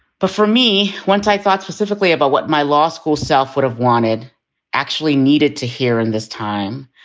but for me, once i thought specifically about what my law school self would have wanted actually needed to hear in this time,